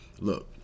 Look